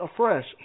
afresh